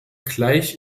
gleich